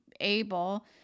able